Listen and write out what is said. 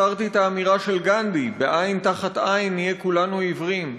הזכרתי את האמירה של גנדי: בעין תחת עין נהיה כולנו עיוורים,